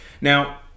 Now